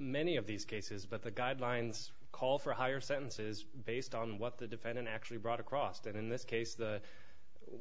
many of these cases but the guidelines call for higher sentences based on what the defendant actually brought across and in this case the